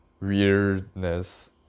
weirdness